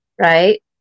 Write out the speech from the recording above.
right